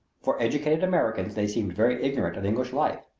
for educated americans they seemed very ignorant of english life,